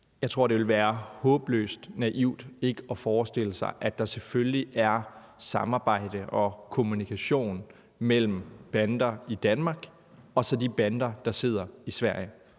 Jeg tror, det vil være håbløst naivt ikke at forestille sig, at der selvfølgelig er samarbejde og kommunikation mellem bander i Danmark og så de bander, der sidder i Sverige.